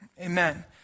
Amen